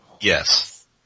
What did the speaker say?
Yes